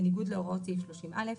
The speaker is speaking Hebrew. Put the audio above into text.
בניגוד להוראות סעיף 30(א).